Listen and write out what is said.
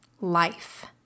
life